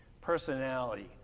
personality